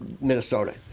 Minnesota